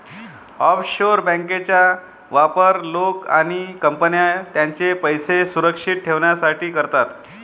offshore बँकांचा वापर लोक आणि कंपन्या त्यांचे पैसे सुरक्षित ठेवण्यासाठी करतात